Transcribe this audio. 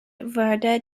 wurde